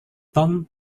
tom